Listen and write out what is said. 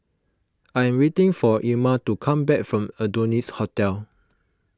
I am waiting for Ilma to come back from Adonis Hotel